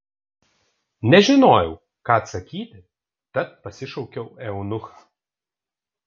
nežinojau ką atsakyti tad pasišaukiau eunuchą